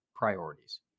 Priorities